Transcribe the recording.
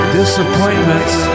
disappointments